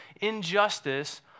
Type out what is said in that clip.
injustice